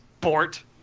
Bort